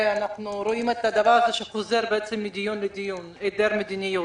אנחנו רואים את הדבר הזה שחוזר בעצם מדיון לדיון היעדר מדיניות.